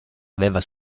aveva